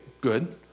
good